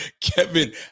Kevin